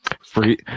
free